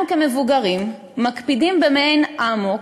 אנחנו כמבוגרים מקפידים, במעין אמוק,